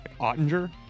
Ottinger